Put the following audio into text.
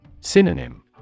Synonym